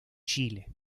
chile